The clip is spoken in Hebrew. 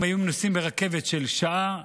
אם היו נוסעים ברכבת של שעה,